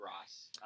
Ross